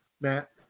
Matt